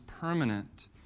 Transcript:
permanent